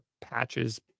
patches